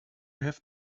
have